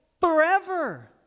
forever